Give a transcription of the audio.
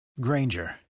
Granger